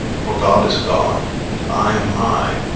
for god is god and i am i.